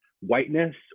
whiteness